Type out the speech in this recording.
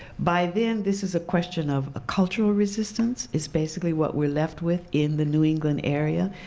by then this is a question of cultural resistance, is basically what we're left with in the new england area.